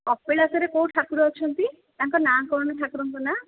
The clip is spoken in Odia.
କପିଳାସରେ କେଉଁ ଠାକୁର ଅଛନ୍ତି ତାଙ୍କ ନାଁ କ'ଣ ଠାକୁରଙ୍କ ନାଁ